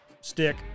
stick